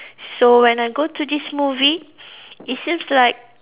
so when I go to this movie it seems like